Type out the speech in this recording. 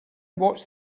watched